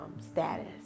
status